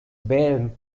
wählen